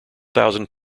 thousand